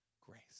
Grace